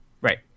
Right